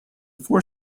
four